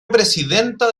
presidenta